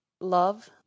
love